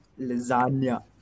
Lasagna